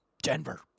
denver